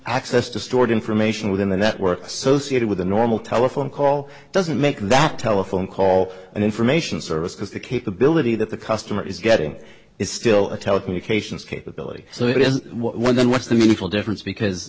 access to stored information within the network associated with a normal telephone call doesn't make that telephone call an information service because the capability that the customer is getting is still a telecommunications capability so it is what's the meaningful difference because